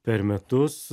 per metus